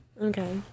Okay